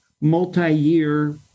multi-year